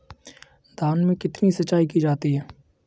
धान में कितनी सिंचाई की जाती है?